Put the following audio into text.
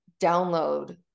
download